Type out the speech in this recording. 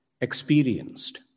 experienced